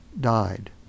died